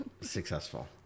successful